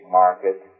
market